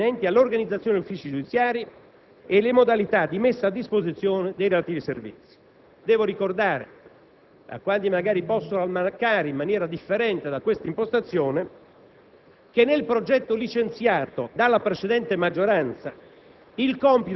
pur essendo in verità confermato il loro coinvolgimento nelle scelte attinenti all'organizzazione degli uffici giudiziari e le modalità di messa a disposizione dei relativi servizi. Devo ricordare a quanti magari possono almanaccare in maniera differente da questa impostazione,